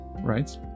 right